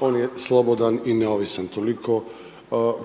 on je slobodan i neovisan, toliko